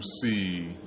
see